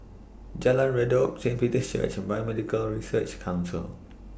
Jalan Redop Saint Peter's Church Biomedical Research Council